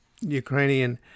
Ukrainian